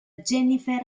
jennifer